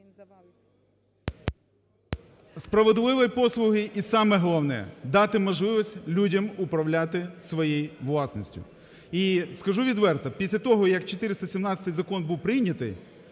справедливої послуги. І саме головне – дати можливість людям управляти своєю власністю. І скажу відверто, після того як 417 закон був прийнятий,